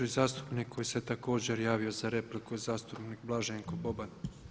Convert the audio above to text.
I zastupnik koji se također javio za repliku je zastupnik Blaženko Boban.